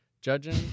Judging